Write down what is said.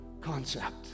concept